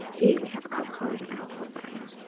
here, we have alcohol in an alcohol burner.